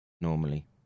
normally